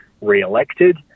re-elected